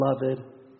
beloved